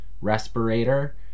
respirator